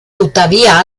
tuttavia